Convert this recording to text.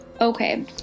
okay